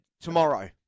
tomorrow